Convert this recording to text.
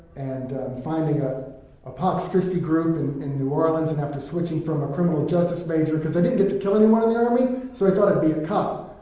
and finding ah a pax christi group and in new orleans, and after switching from a criminal justice major cause i didn't get to kill anyone in the army, so i thought i'd be a cop.